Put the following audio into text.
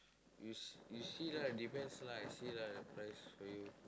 you~ you see lah depends lah see like the price for you